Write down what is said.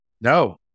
No